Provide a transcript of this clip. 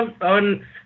on